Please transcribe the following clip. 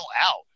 out